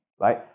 right